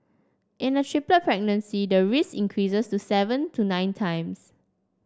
in a triplet pregnancy the risk increases to seven to nine times